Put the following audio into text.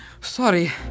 sorry